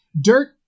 dirt